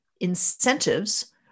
incentives